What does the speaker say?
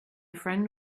friend